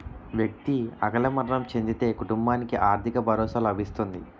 వ్యక్తి అకాల మరణం చెందితే కుటుంబానికి ఆర్థిక భరోసా లభిస్తుంది